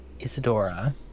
Isadora